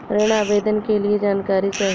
ऋण आवेदन के लिए जानकारी चाही?